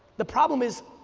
the problem is,